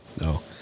No